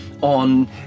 on